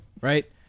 right